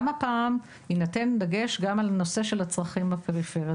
גם הפעם יינתן דגש גם על הנושא של הצרכים בפריפריה.